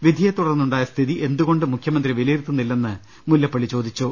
വിധിയെ തുടർന്നു ണ്ടായ സ്ഥിതി എന്തുകൊണ്ട് മുഖ്യമന്ത്രി വിലയിരുത്തുന്നില്ലെ ന്ന് മുല്ലപ്പള്ളി ചോദിച്ചു